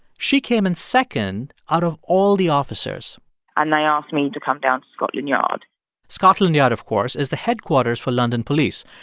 she came in second out of all the officers and they asked me to come down to scotland yard scotland yard, of course, is the headquarters for london police.